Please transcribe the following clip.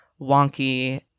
wonky